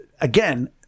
again